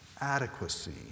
adequacy